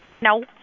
No